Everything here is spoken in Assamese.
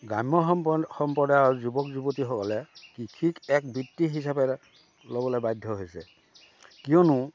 গ্ৰাম্য সম্প সম্প্ৰদায়ৰ যুৱক যুৱতীসকলে কৃষিক এক বৃত্তি হিচাপে ল'বলৈ বাধ্য হৈছে কিয়নো